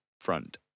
front